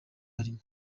barimo